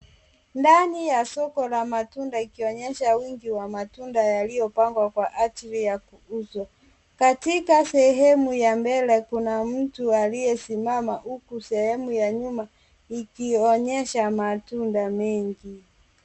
Ndani ya soko la matunda ikionyesha wjngi wa matunda yaliyopangwa kwa ajili ya kuuzwa. Katika sehemu ya mbele kuna mtu aliyesimama huku sehemu ya nyuma ikionyesha matunda mengi.